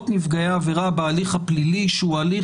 נפגעי עבירה בהליך הפלילי שהוא הליך